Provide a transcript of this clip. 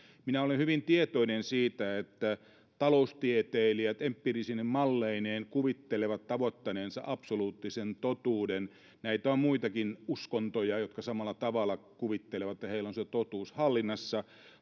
minä olen hyvin tietoinen siitä että taloustieteilijät empiirisine malleineen kuvittelevat tavoittaneensa absoluuttisen totuuden näitä on muitakin uskontoja jotka samalla tavalla kuvittelevat että heillä on se totuus hallinnassa